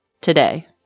today